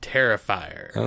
Terrifier